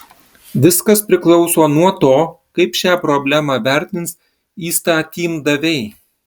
viskas priklauso nuo to kaip šią problemą vertins įstatymdaviai